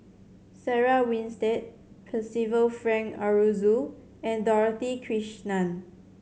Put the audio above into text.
Sarah Winstedt Percival Frank Aroozoo and Dorothy Krishnan